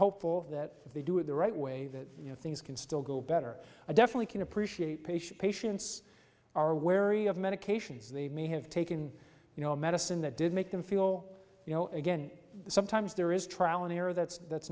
hopeful that if they do it the right way that things can still go better i definitely can appreciate patient patients are wary of medications they may have taken you know medicine that did make them feel you know again sometimes there is trial and error that's that's